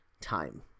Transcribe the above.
time